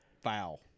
foul